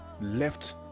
left